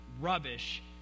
rubbish